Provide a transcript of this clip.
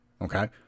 Okay